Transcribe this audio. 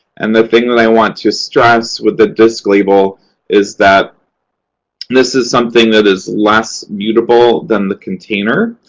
and the thing that i want to stress with the disc label is that this is something that is less mutable than the container,